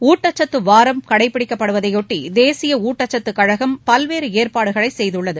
ஊட்டச்சத்து வாரம் கடைபிடிக்கப்படுவதையொட்டி தேசிய ஊட்டச்சத்து கழகம் பல்வேறு ஏற்பாடுகளை செய்துள்ளது